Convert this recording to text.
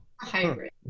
Hybrid